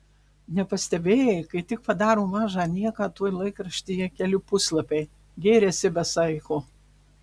nepastebėjai kai tik padaro mažą nieką tuoj laikraštyje keli puslapiai giriasi be saiko